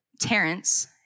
Terrence